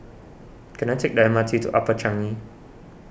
can I take the M R T to Upper Changi